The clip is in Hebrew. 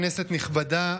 כנסת נכבדה,